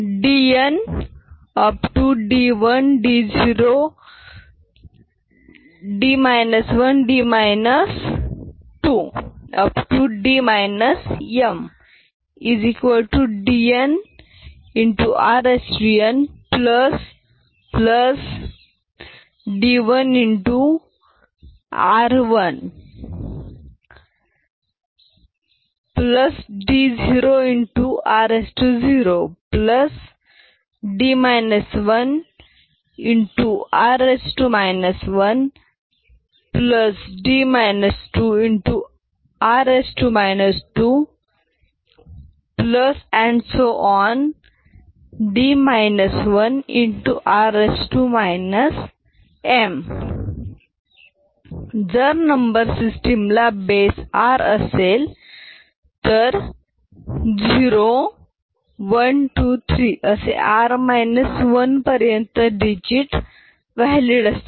d 1d 2 d m dn x rn d1 x r1 d0 x r0 d 1 x r 1 d 2 x r 2 d m x r m जर number system ला base r asel tar 0123 असे r 1 पर्यंत digit valid असतील